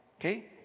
Okay